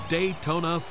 Daytona